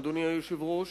אדוני היושב-ראש,